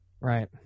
right